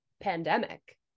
pandemic